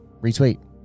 retweet